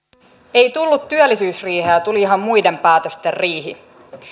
ei tullut työllisyysriiheä tuli ihan muiden päätösten riihi